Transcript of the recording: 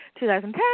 2010